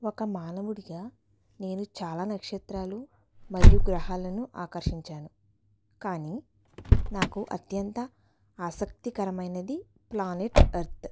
ఒక మానవుడిగా నేను చాలా నక్షత్రాలు మరియు గ్రహాలను ఆకర్షించాను కానీ నాకు అత్యంత ఆసక్తి కరమైనది ప్లానెట్ ఎర్త్